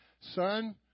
son